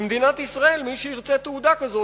במדינת ישראל מי שירצה תעודה כזאת,